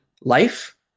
life